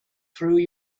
through